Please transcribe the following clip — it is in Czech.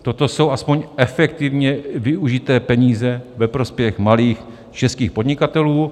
Toto jsou aspoň efektivně využité peníze ve prospěch malých českých podnikatelů.